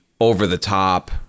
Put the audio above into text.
over-the-top